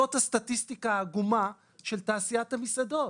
זאת הסטטיסטיקה העקומה של תעשיית המסעדות.